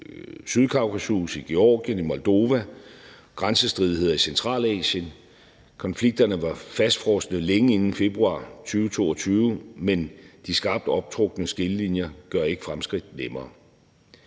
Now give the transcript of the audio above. Sydkaukasus, i Georgien, i Moldova, grænsestridigheder i Centralasien. Konflikterne var fastfrosne længe inden februar 2022, men de skarpt optrukne skillelinjer gør ikke fremskridt nemmere.